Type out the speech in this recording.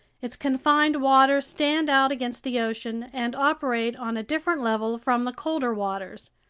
its confined waters stand out against the ocean and operate on a different level from the colder waters.